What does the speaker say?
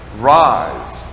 Rise